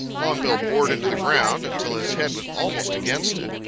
longbill bored into the ground until his head was almost against it.